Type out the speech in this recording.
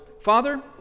Father